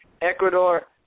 Ecuador